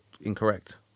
incorrect